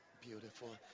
Beautiful